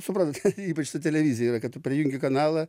suprantat ten ypač ta televizija yra kad tu perjungi kanalą